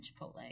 Chipotle